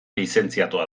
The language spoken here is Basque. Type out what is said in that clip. lizentziatua